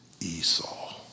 Esau